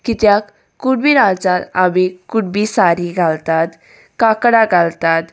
कित्याक कुणबी नचांत आमी कुडबी सारी घालतात काकणां घालतात